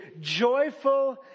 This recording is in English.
joyful